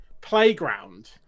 playground